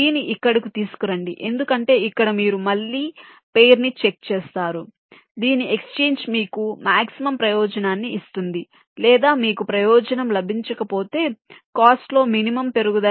G ని ఇక్కడకు తీసుకురండి ఎందుకంటే ఇక్కడ మీరు మళ్ళీ పెయిర్ ని చెక్ చేస్తారు దీని ఎక్స్చేంజ్ మీకు మాక్సిమం ప్రయోజనాన్ని ఇస్తుంది లేదా మీకు ప్రయోజనం లభించకపోతే కాస్ట్ లో మినిమం పెరుగుదల ఉంటుంది